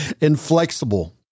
inflexible